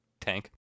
tank